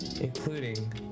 including